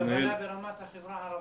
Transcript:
אתה מדבר ברמת החברה הערבית?